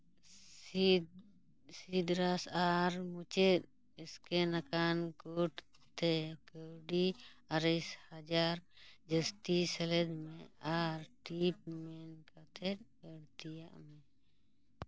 ᱥᱤᱛ ᱥᱤᱰᱨᱟᱥ ᱟᱨ ᱢᱩᱪᱟᱹᱫ ᱥᱠᱮᱱ ᱟᱠᱟᱱ ᱠᱳᱰ ᱛᱮ ᱠᱟᱹᱣᱰᱤ ᱟᱨᱮ ᱦᱟᱡᱟᱨ ᱡᱟᱹᱥᱛᱤ ᱥᱮᱞᱮᱫ ᱢᱮ ᱟᱨ ᱴᱤᱯ ᱢᱮᱱ ᱠᱟᱛᱮᱜ ᱟᱹᱲᱛᱤᱭᱟᱜ ᱢᱮ